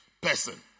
person